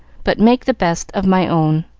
but make the best of my own.